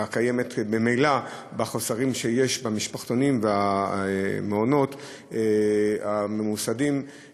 הקיימת ממילא בחוסר שיש במשפחתונים ובמעונות הממוסדים